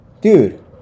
Dude